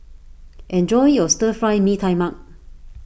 enjoy your Stir Fry Mee Tai Mak